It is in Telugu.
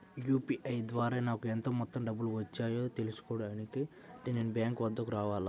యూ.పీ.ఐ ద్వారా నాకు ఎంత మొత్తం డబ్బులు వచ్చాయో తెలుసుకోవాలి అంటే నేను బ్యాంక్ వద్దకు రావాలా?